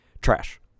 Trash